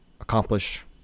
accomplish